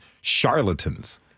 charlatans